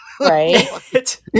Right